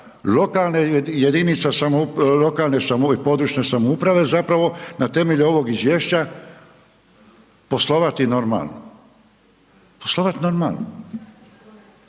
lokalne i područne samouprave, zapravo na temelju ovog izvješća poslovati normalno, poslovati normalno.